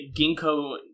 Ginkgo